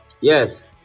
yes